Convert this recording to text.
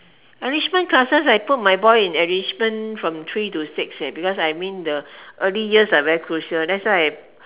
enrichment classes I put my boy in enrichment from three to six leh because I mean the early years are very crucial that's why I